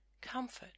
Comfort